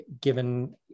given